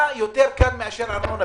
מה יותר קל מאשר עניין הארנונה?